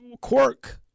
quirk